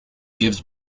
gives